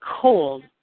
cold